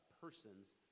persons